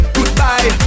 Goodbye